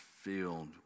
filled